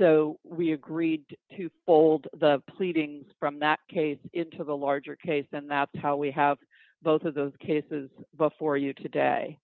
so we agreed to fold the pleadings from that case into the larger case and that's how we have both of those cases before you today